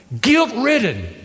Guilt-ridden